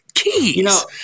Keys